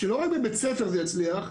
שלא רק בבית ספר זה יצליח,